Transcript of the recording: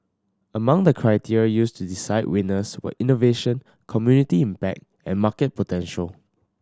among the criteria used to decide winners were innovation community impact and market potential